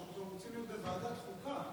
אנחנו רוצים להיות גם בוועדת החוקה.